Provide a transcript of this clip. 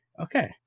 Okay